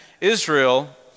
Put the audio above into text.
Israel